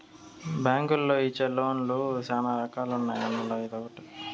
బ్యాంకులోళ్ళు ఇచ్చే లోన్ లు శ్యానా రకాలు ఉన్నాయి అందులో ఇదొకటి